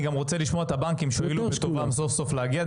אני גם רוצה לשמוע את הבנקים שהועילו בטובם סוף סוף להגיע.